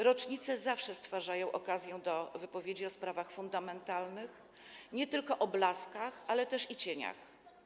Rocznice zawsze stwarzają okazję do wypowiedzi o sprawach fundamentalnych, nie tylko o blaskach, ale też i o cieniach.